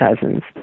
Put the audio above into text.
cousins